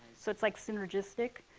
so it's like synergistic.